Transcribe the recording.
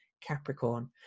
Capricorn